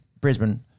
Brisbane